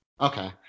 Okay